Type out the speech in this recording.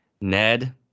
ned